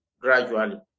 gradually